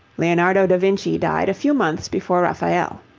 leonardo da vinci died a few months before raphael.